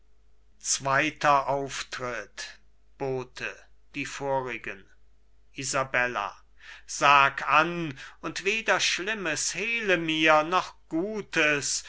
zweiter auftritt bote die vorigen isabella sag an und weder schlimmes hehle mir noch gutes